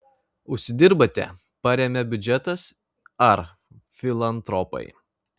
užsidirbate paremia biudžetas ar filantropai